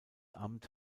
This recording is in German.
amt